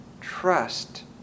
trust